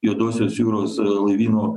juodosios jūros laivyno